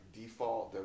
default